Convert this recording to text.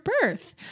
birth